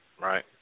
right